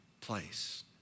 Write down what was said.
place